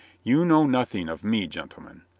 you know nothing of me, gentlemen.